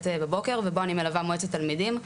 בבוקר ובו אני מלווה מועצת תלמידים,